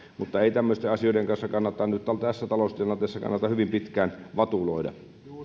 mutta ei tämmöisten asioiden kanssa kannata nyt tässä taloustilanteessa hyvin pitkään vatuloida